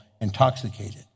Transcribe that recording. intoxicated